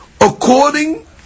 according